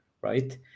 right